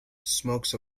smokes